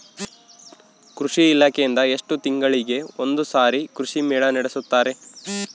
ಕೃಷಿ ಇಲಾಖೆಯಿಂದ ಎಷ್ಟು ತಿಂಗಳಿಗೆ ಒಂದುಸಾರಿ ಕೃಷಿ ಮೇಳ ನಡೆಸುತ್ತಾರೆ?